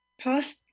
Past